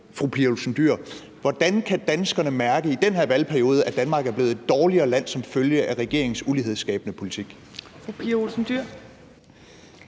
i den her valgperiode, at Danmark er blevet et dårligere land som følge af regeringens ulighedsskabende politik?